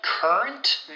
Current